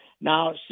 Now